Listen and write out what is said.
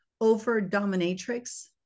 over-dominatrix